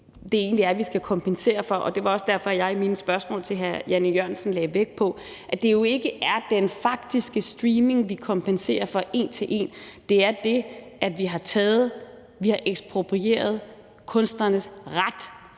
det egentlig er, vi skal kompensere for. Det var også derfor, jeg i mine spørgsmål til hr. Jan E. Jørgensen lagde vægt på, at det jo ikke er den faktiske streaming, vi kompenserer for en til en, men at det er det, at vi har eksproprieret kunstnernes